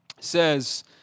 says